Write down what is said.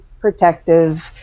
protective